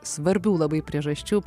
svarbių labai priežasčių